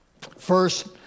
First